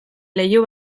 leiho